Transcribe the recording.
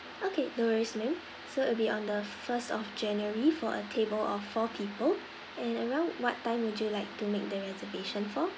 okay no worries ma'am so it'll be on the first of january for a table of four people and around what time would you like to make the reservation for